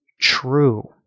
true